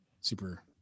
super